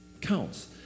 Counts